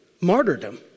martyrdom